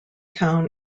town